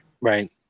Right